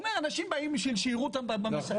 והוא אומר אנשים באים בשביל שיראו אותם במסכים,